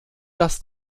dass